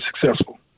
successful